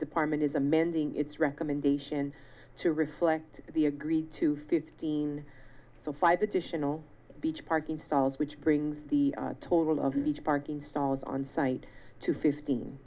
department is amending its recommendation to reflect the agreed to fifteen so five additional beach parking styles which brings the total of each parking solids on site to fifteen